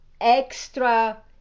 extra